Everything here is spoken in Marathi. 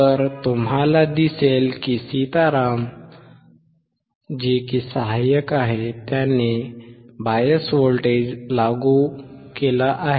तर तुम्हाला दिसेल की सीताराम सहाय्यक बायस व्होल्टेज लागू करणार आहेत